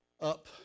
up